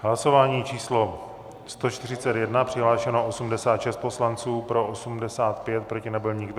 Hlasování číslo 141, přihlášeno 86 poslanců, pro 85, proti nebyl nikdo.